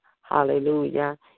Hallelujah